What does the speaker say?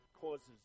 causes